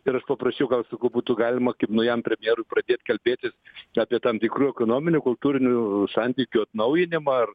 ir aš paprašiau gal sakau būtų galima kaip naujam premjerui pradėt kalbėtis apie tam tikrų ekonominių kultūrinių santykių atnaujinimą ar